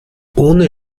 ohne